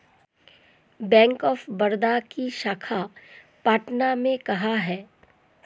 Bank of Baroda की शाखा पटना में कहाँ है?